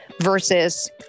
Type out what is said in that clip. versus